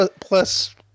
plus